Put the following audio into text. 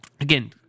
again